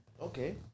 Okay